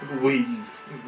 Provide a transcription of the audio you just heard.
weave